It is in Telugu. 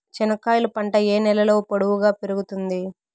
చెనక్కాయలు పంట ఏ నేలలో పొడువుగా పెరుగుతుంది?